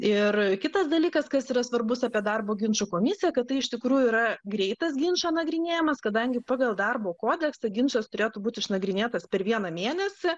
ir kitas dalykas kas yra svarbus apie darbo ginčų komisiją kad tai iš tikrųjų yra greitas ginčo nagrinėjimas kadangi pagal darbo kodeksą ginčas turėtų būt išnagrinėtas per vieną mėnesį